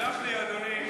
תסלח לי, אדוני.